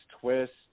twist